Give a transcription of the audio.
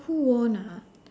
who won ah